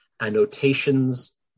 annotations